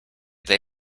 they